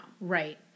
Right